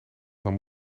nam